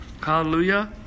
Hallelujah